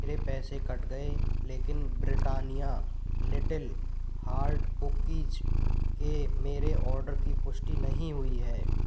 मेरे पैसे कट गए लेकिन ब्रिट्टानिआ लिटिल हार्ट कुकीज़ के मेरे ऑर्डर की पुष्टि नहीं हुई है